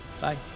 Bye